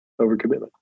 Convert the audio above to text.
overcommitment